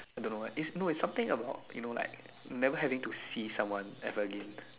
don't know why is no is something about you know like never having to see someone ever again